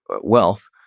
wealth